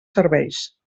serveis